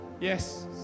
Yes